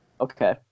Okay